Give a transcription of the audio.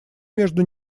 между